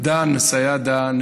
דן סידה,